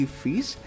fees